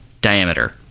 diameter